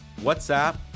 WhatsApp